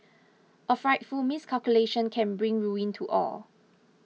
a frightful miscalculation can bring ruin to all